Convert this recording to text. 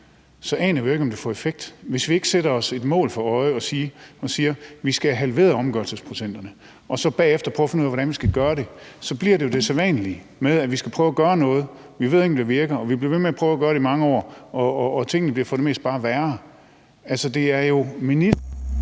anden vej, aner vi jo ikke, om det har fået en effekt. Hvis vi ikke sætter os et mål, som vi har for øje, og siger, at vi skal have halveret omgørelsesprocenterne, og vi så bagefter prøver at finde ud af, hvordan vi skal gøre det, så bliver det jo det sædvanlige med, at vi ikke ved, om det virker, og at vi bliver ved med at prøve at gøre det igennem mange år, og at tingene for det meste bare bliver værre. Altså, det er jo